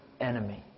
enemy